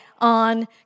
on